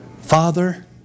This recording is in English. Father